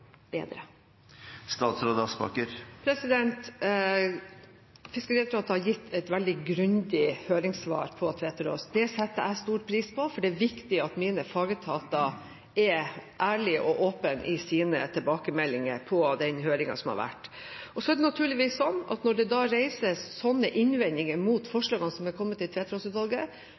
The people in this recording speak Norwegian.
bedre på konsekvensene. Fiskeridirektoratet har gitt et veldig grundig høringssvar til Tveterås-utvalget. Det setter jeg stor pris på, for det er viktig at mine fagetater er ærlige og åpne i sine tilbakemeldinger på den høringen som har vært. Når det reises sånne innvendinger mot